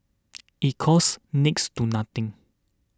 it costs next to nothing